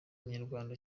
umunyarwanda